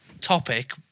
topic